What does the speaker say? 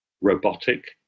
robotic